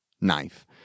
knife